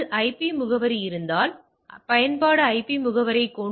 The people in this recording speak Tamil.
பொது இணையத்தில் ஒரு ஹோஸ்ட் பெரும்பாலும் தனியார் இணையத்தில் ஹோஸ்டுடன் தொடர்பு கொள்ள முடியாது